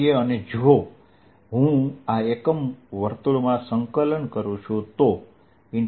અને જો હું આ એકમ એક વર્તુળમાં સંકલન કરું છું તો A